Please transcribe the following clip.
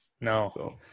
No